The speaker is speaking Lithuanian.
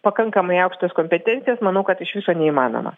pakankamai aukštas kompetencijas manau kad iš viso neįmanoma